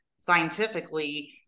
scientifically